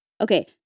Okay